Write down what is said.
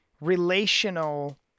relational